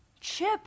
Chip